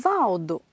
Valdo